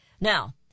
now